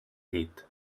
llit